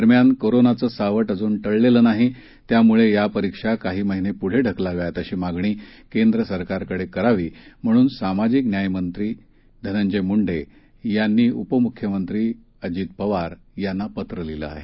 दरम्यान कोरोनाचं सावट अजून टळलेलं नाही त्यामुळे या परीक्षा काही महीने पुढे ढकलाव्यात अशी मागणी केंद्र सरकारकडे करावी म्हणून सामाजीक न्यायमंत्री धनंजय मुंडे यांनी उपमुख्यमंत्री अजित पवार यांना पत्र लिहिलं आहे